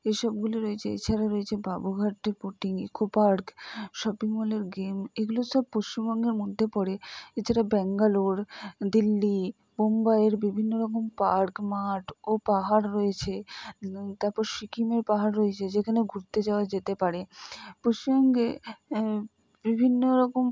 এসবগুলো রয়েছে এছাড়া রয়েছে বাবুঘাট ইকো পার্ক শপিংমলের গেম এগুলো সব পশ্চিমবঙ্গের মধ্যে পড়ে এছাড়া বেঙ্গালোর দিল্লি মুম্বাইয়ের বিভিন্ন রকম পার্ক মাঠ ও পাহাড় রয়েছে তারপর সিকিমের পাহাড় রয়েছে যেখানে ঘুরতে যাওয়া যেতে পারে পশ্চিমবঙ্গে বিভিন্ন রকম